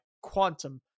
quantum